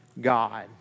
God